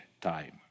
time